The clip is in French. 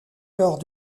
lors